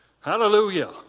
Hallelujah